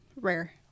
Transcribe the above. rare